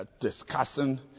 discussing